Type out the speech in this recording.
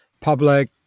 public